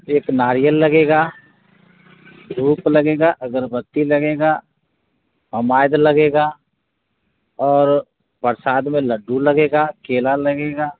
एक नारियल लगेगा एक लगेगा अगरबत्ती लगेगा होमाइद लगेगा और प्रसाद में लड्डू लगेगा केला लगेगा